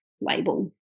label